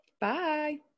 Bye